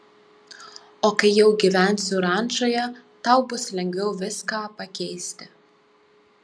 o kai jau gyvensiu rančoje tau bus lengviau viską pakeisti